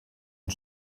und